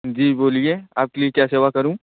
जी बोलिए आपके लिए क्या सेवा करूँ